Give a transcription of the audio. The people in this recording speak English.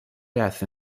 death